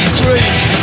dreams